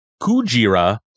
Kujira